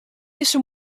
dizze